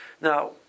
now